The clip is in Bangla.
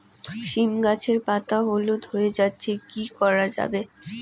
সীম গাছের পাতা হলুদ হয়ে যাচ্ছে কি করা যাবে?